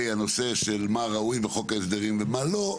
הנושא של מה ראוי בחוק ההסדרים ומה לא.